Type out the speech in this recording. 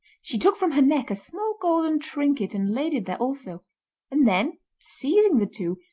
she took from her neck a small golden trinket and laid it there also and then, seizing the two,